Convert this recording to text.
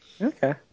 Okay